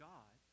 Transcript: God